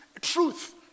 truth